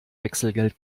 wechselgeld